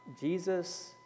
Jesus